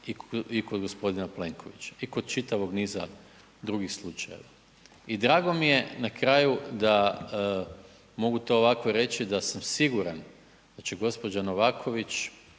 i kod gospodina Plenkovića i kod čitavog niza drugih slučajeva? I drago mi je na kraju, mogu to ovako reći da sam siguran da će gospođa Novaković